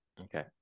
Okay